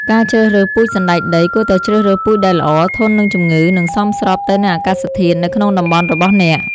ការជ្រើសរើសពូជសណ្តែកដី គួរតែជ្រើសរើសពូជដែលល្អ ធន់នឹងជំងឺ និងសមស្របទៅនឹងអាកាសធាតុនៅក្នុងតំបន់របស់អ្នក។